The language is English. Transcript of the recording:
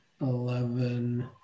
eleven